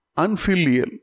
unfilial